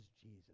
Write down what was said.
Jesus